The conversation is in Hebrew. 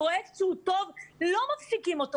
פרויקט שהוא טוב - לא מפסיקים אותו.